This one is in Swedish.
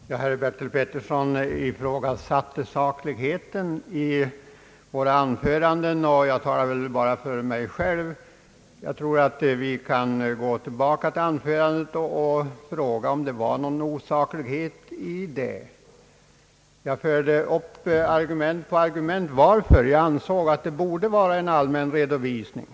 Herr talman! Herr Bertil Petersson ifrågasatte sakligheten i våra anföranden. Jag talar bara för mitt eget och frågar om det var något osakligt i det. Jag anförde argument på argument varför det borde vara en allmän redovisning.